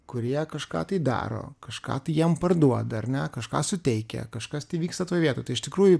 kurie kažką tai daro kažką tai jiem parduoda ar ne kažką suteikia kažkas tai vyksta toj vietoj tai iš tikrųjų